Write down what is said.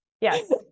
Yes